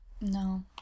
No